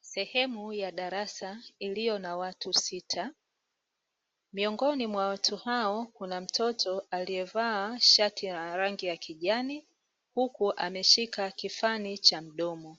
Sehemu ya darasa iliyo na watu sita, miongoni mwa watu hao kuna mtoto aliyevaa shati la rangi ya kijani, huku ameshika kifani cha mdomo,